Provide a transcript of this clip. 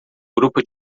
grupo